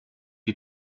die